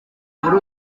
muri